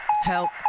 Help